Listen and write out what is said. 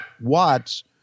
Watts